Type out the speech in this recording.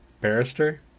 Barrister